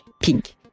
Pink